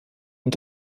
und